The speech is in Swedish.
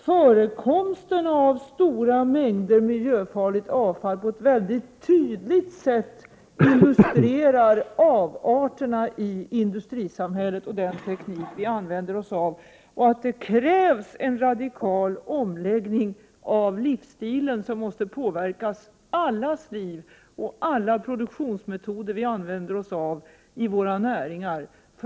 Förekomsten av stora mängder miljöfarligt avfall illustrerar mycket tydligt avarterna i industrisamhället och den teknik som används. För att åstadkomma en nödvändig förändring krävs det en radikal omläggning av livsstilen, och denna måste påverka allas liv samt alla produktionsmetoder vi använder oss av i våra näringar.